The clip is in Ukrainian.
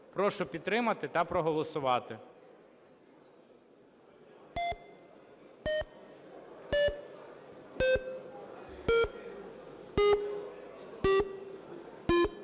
Прошу підтримати та проголосувати.